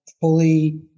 fully